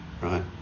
right